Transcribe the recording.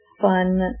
fun